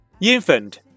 infant